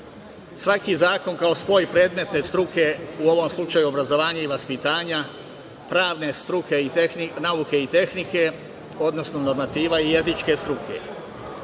Svaki zakon kao spoj predmetne struke, u ovom slučaju obrazovanje i vaspitanje, pravne struke i nauke i tehnike, odnosno normativa i jezičke struke.